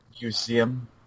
museum